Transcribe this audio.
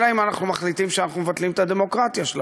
אלא אם כן אנחנו מחליטים שאנחנו מבטלים את הדמוקרטיה שלנו,